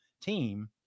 team